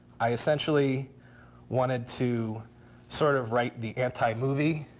i essentially wanted to sort of write the anti movie,